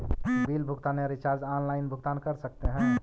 Bill भुगतान या recharge online भुगतान कर सकते हैं?